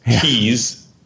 keys